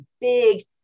big